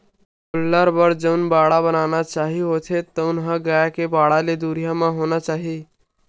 गोल्लर बर जउन बाड़ा बनाना चाही होथे तउन ह गाय के बाड़ा ले दुरिहा म होना चाही